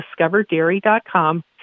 discoverdairy.com